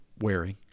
wearing